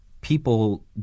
people